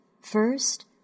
First